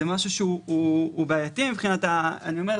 זה דבר בעייתי מבחינה רציונלית.